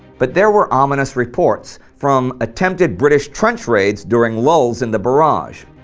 but there were ominous reports from attempted british trench raids during lulls in the barrage.